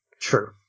True